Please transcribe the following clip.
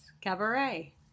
Cabaret